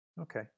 Okay